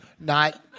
not-